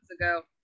ago